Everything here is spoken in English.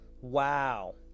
Wow